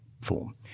form